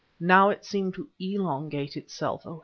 now it seemed to elongate itself. oh,